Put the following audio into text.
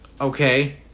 Okay